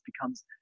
becomes